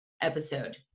episode